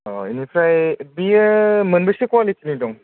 अह एनिफ्राय बियो मोनबेसे क्वालिटिनि दं